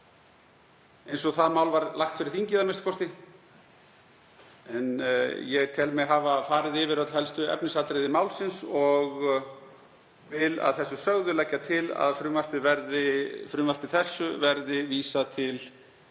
eins og það mál var lagt fyrir þingið a.m.k. Ég tel mig hafa farið yfir öll helstu efnisatriði málsins. Að þessu sögðu legg ég til að frumvarpi þessu verði vísað til